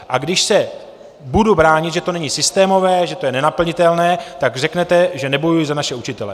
A když se budu bránit, že to není systémové, že to je nenaplnitelné, tak vy řeknete, že nebojuji za naše učitele.